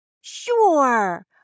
Sure